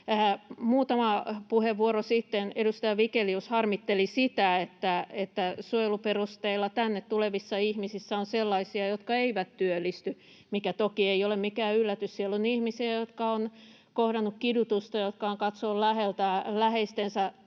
Muutama puheenvuoro sitten edustaja Vigelius harmitteli sitä, että suojeluperusteella tänne tulevissa ihmisissä on sellaisia, jotka eivät työllisty — mikä toki ei ole mikään yllätys. Siellä on ihmisiä, jotka ovat kohdanneet kidutusta, jotka ovat katsoneet läheltä